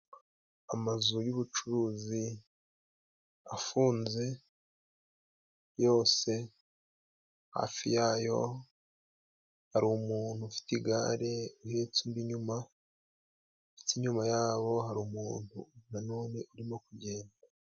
Amazu y'ubucuruzi afunze yose, hafi yayo hari umuntu ufite igare rihetse undi inyuma, ndetse inyuma yabo hari umuntu na none urimo kugenda.